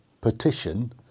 petition